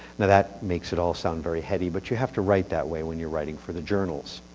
that that makes it all sound very heavy, but you have to write that way when you're writing for the journals.